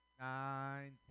nine